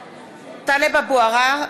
(קוראת בשמות חברי הכנסת) טלב אבו עראר,